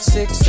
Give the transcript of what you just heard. Six